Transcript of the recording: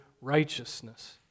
righteousness